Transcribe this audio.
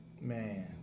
Man